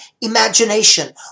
imagination